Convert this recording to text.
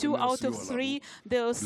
שניים מתוך שלושת הסכמי הסיוע הללו,